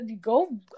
Go